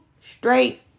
straight